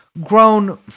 grown